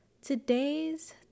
Today's